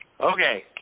Okay